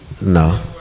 no